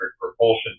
propulsion